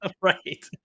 right